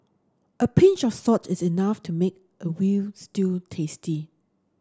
a pinch of salt is enough to make a veal stew tasty